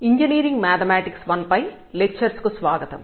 engineering mathematics I పై lectures కు స్వాగతం